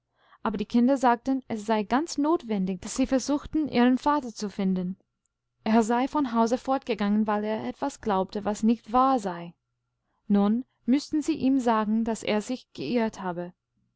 aber die kinder sagten es sei ganz notwendig daß sie versuchten ihren vater zu finden er sei von hause fortgegangen weil er etwas glaubte was nicht wahr sei nun müßten sie ihm sagen daß er sich geirrthabe